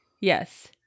Yes